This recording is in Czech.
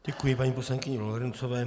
Děkuji paní poslankyni Lorencové.